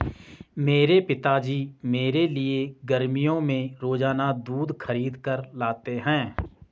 मेरे पिताजी मेरे लिए गर्मियों में रोजाना दूध खरीद कर लाते हैं